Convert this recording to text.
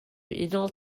unol